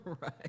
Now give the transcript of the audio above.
Right